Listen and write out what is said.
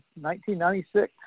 1996